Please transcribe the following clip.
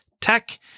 tech